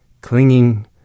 clinging